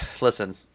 Listen